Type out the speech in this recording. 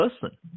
person